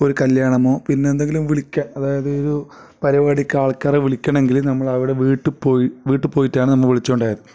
ഒരു കല്യാണമോ പിന്നെ എന്തെങ്കിലും വിളിക്കുക അതായത് ഒരു പരിപാടിക്ക് ആൾക്കാരെ വിളിക്കണമെങ്കിൽ നമ്മൾ അവരുടെ വീട്ടിൽ പോയിട്ട് വീട്ടിൽ പോയിട്ടാണ് നമ്മൾ വിളിച്ചോണ്ടോയത്